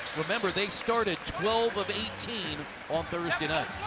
remember they started twelve of eighteen on thursday night.